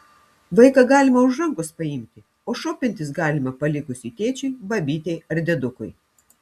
vaiką galima už rankos paimti o šopintis galima palikus jį tėčiui babytei ar diedukui